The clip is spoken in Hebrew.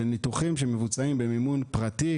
של ניתוחים שמבוצעים במימון פרטי,